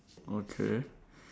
okay